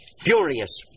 furious